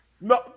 No